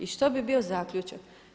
I što bi bio zaključak?